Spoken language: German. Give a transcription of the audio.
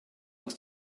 aus